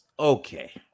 Okay